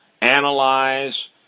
analyze